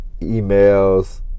emails